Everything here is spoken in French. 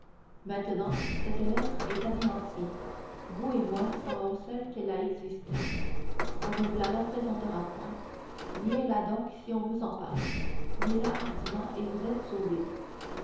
maintenant cette lettre est anéantie vous et moi savons seuls qu'elle a existé on ne vous la représentera point niez la donc si l'on vous en parle niez la hardiment et vous êtes sauvé